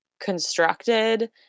constructed